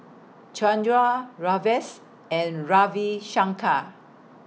Chandra Rajesh and Ravi Shankar